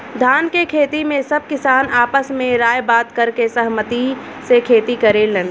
धान के खेती में सब किसान आपस में राय बात करके सहमती से खेती करेलेन